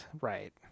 right